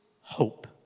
hope